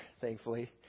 thankfully